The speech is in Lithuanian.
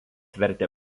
vertė